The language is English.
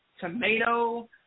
tomato